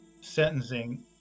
sentencing